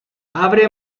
abre